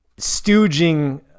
stooging